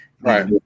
Right